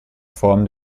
form